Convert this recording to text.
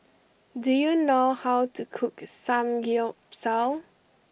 do you know how to cook Samgyeopsal